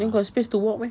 then got space to walk meh